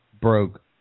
broke